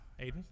Aiden